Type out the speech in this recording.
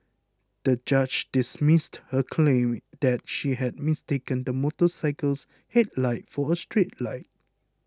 the judge dismissed her claim that she had mistaken the motorcycle's headlight for a street light